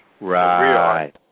Right